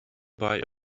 buy